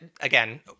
Again